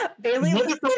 Bailey